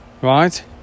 right